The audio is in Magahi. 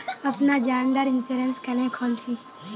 अपना जान डार इंश्योरेंस क्नेहे खोल छी?